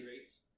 rates